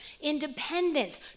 independence